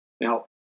Now